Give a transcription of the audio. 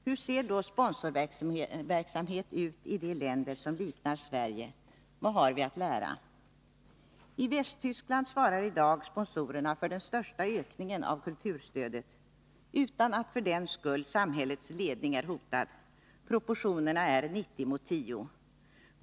Hur ser då sponsorverksamhet ut i de länder som liknar Sverige? Vad har vi att lära? I Västtyskland svarar i dag sponsorerna för den största ökningen av kulturstödet — utan att för den skull samhällets ledning är hotad. Proportionerna är 90 mot 10.